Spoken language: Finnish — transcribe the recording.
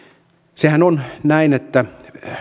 sehän on näin että